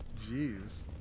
Jeez